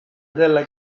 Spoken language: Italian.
della